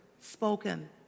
spoken